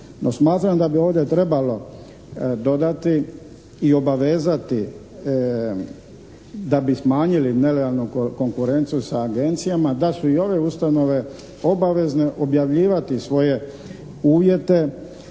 smatram da bi ovdje trebalo dodati i obavezati da bi smanjili nelegalnu konkurenciju sa agencijama da su i ove ustanove obavezne objavljivati svoje uvjete,